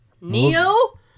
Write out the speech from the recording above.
Neo